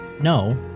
no